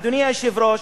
אדוני היושב-ראש,